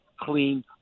clean